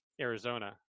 Arizona